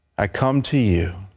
i come to you,